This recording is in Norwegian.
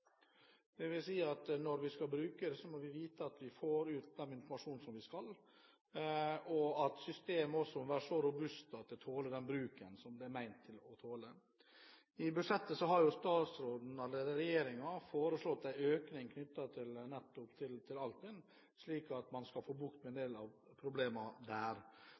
dvs. at når vi skal bruke det, må vi vite at vi får ut den informasjonen vi skal, og at systemet også må være så robust at det tåler den bruken det er ment å tåle. I budsjettet har regjeringen foreslått en økning nettopp til Altinn, slik at man skal få bukt med en del av problemene der.